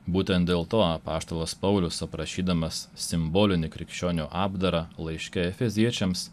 būtent dėl to apaštalas paulius aprašydamas simbolinį krikščionių apdarą laiške efeziečiams